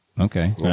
Okay